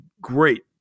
great